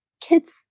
Kids